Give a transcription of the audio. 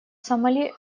сомали